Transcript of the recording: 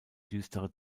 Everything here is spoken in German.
düstere